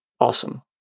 awesome